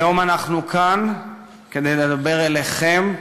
היום אנחנו כאן כדי לדבר אליכם ואתכם.